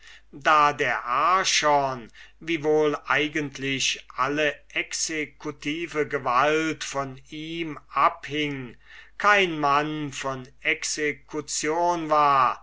da der archon wie wohl eigentlich alle executive gewalt von ihm abhing kein mann von execution war